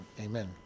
amen